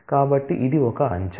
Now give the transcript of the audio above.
కాబట్టి ఇది ఒక అంచనా